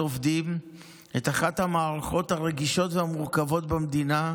עובדים את אחת המערכות הרגישות והמורכבות במדינה,